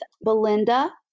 Belinda